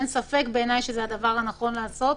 שזה הדבר הנכון לעשות,